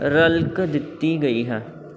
ਰਲਕ ਦਿੱਤੀ ਗਈ ਹੈ